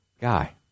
guy